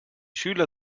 schüler